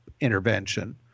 intervention